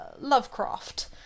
Lovecraft